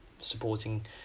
supporting